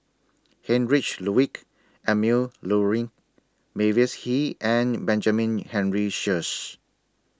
Heinrich Ludwig Emil Luering Mavis Hee and Benjamin Henry Sheares